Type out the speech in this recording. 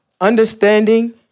understanding